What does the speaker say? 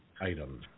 item